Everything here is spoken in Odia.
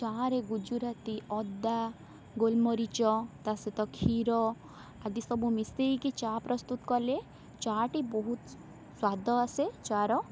ଚାହାରେ ଗୁଜୁରାତି ଅଦା ଗୋଲମରିଚ ତା ସହିତ କ୍ଷୀର ଆଦି ସବୁ ମିଶେଇକି ଚା' ପ୍ରସ୍ତୁତ କଲେ ଚା' ଟି ବହୁତ ସ୍ୱାଦ ଆସେ ଚା' ର